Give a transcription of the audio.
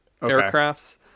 aircrafts